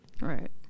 Right